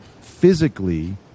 physically